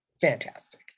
Fantastic